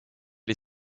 les